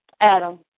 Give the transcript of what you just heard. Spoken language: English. Adam